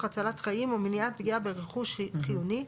הצלת חיים או מניעת פגיעה ברכוש חיוני,